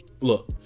Look